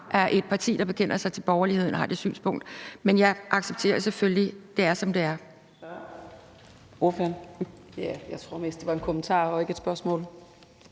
at et parti, der bekender sig til borgerligheden, har det synspunkt. Men jeg accepterer selvfølgelig, at det er, som det er.